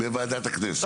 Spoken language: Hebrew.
בוועדת הכנסת.